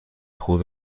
خود